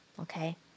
okay